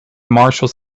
marshals